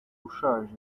ushaje